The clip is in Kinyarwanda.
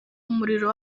umuriro